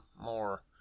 more